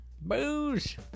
Booze